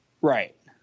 Right